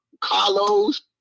Carlos